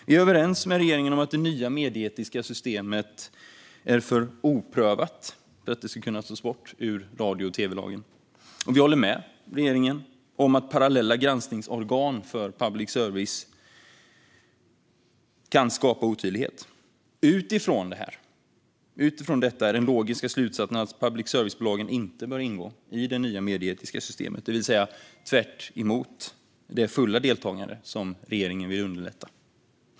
Vi är överens med regeringen om att det nya medieetiska systemet är för oprövat för att kunna tas bort i radio och tv-lagen, och vi håller med regeringen om att parallella granskningsorgan för public service kan skapa otydlighet. Utifrån detta är den logiska slutsatsen att public service-bolagen inte bör ingå i det nya medieetiska systemet, det vill säga tvärtemot det fulla deltagande som regeringen vill underlätta.